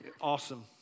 Awesome